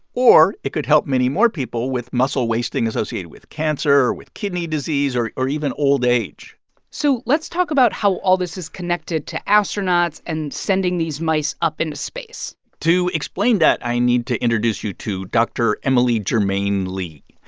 or it could help many more people with muscle wasting associated with cancer or with kidney disease or or even old age so let's talk about how all this is connected to astronauts and sending these mice up into space to explain that, i need to introduce you to dr. emily germain-lee.